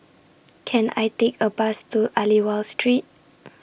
Can I Take A Bus to Aliwal Street